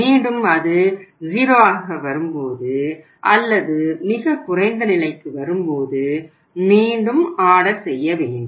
மீண்டும் அது 0 ஆக வரும்போது அல்லது மிகக் குறைந்த நிலைக்கு வரும்போது மீண்டும் ஆர்டர் செய்ய வேண்டும்